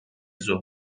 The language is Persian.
ظهر